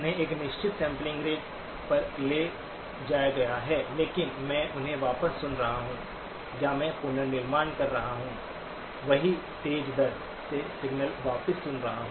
उन्हें एक निश्चित सैंपलिंग रेट पर ले जाया गया है लेकिन मैं उन्हें वापस सुन रहा हूं या मैं पुनर्निर्माण कर रहा हूं वही तेज दर से सिग्नल वापस सुन रहा है